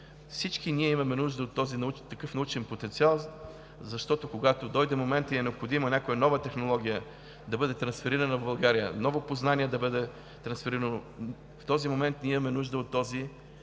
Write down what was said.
Всички ние имаме нужда от такъв научен потенциал, защото, когато дойде моментът и е необходимо някаква нова технология да бъде трансферирана в България, ново познание да бъде трансферирано, в този момент имаме нужда от